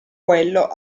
quello